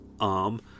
arm